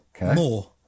More